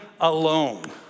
alone